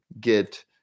get